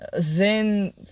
zen